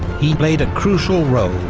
he played a crucial role,